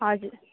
हजुर